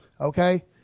Okay